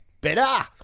better